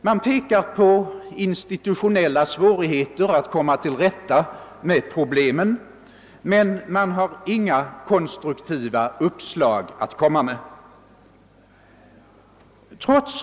Man pekar på institutionella svårigheter att komma till rätta med problemen, men man har inga konstruktiva uppslag.